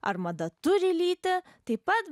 armada turi lytį taip pat